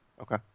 Okay